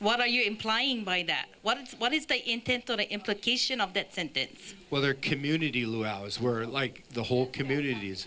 what are you implying by that what is what is the intent of the implication of that sentence whether community luaus were like the whole communit